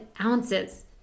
ounces